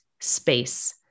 space